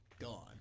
Gone